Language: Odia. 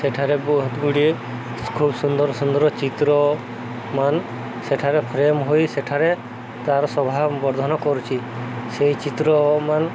ସେଠାରେ ବହୁତ ଗୁଡ଼ିଏ ଖୁବ ସୁନ୍ଦର ସୁନ୍ଦର ଚିତ୍ରମାନ ସେଠାରେ ଫ୍ରେମ୍ ହୋଇ ସେଠାରେ ତାର ଶୋଭା ବର୍ଦ୍ଧନ କରୁଛି ସେଇ ଚିତ୍ରମାନ